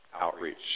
outreach